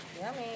Yummy